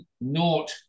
naught